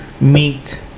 Meat